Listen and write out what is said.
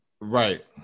Right